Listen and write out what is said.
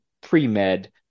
pre-med